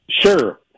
Sure